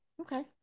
Okay